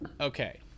okay